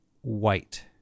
white